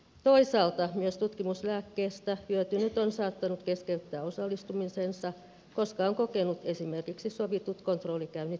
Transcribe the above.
toisaalta myös tutkimuslääkkeestä hyötynyt on saattanut keskeyttää osallistumisensa koska on kokenut esimerkiksi sovitut kontrollikäynnit tarpeettomiksi